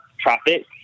traffic